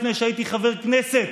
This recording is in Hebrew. לפני שהייתי חבר כנסת,